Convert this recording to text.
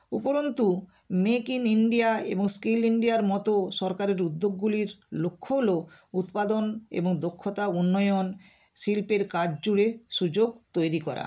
উপরন্তু make in India এবং skill ইণ্ডিয়ার মতো সরকারের উদ্যোগগুলির লক্ষ্য হলো উৎপাদন এবং দক্ষতা উন্নয়ন শিল্পের কাজ জুড়ে সুযোগ তৈরি করা